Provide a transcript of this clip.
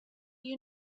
you